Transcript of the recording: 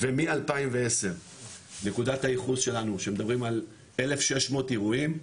ומ-2010 נקודת הייחוס שלנו כשמדברים על 1,600 אירועים,